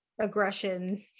aggression